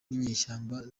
n’inyeshyamba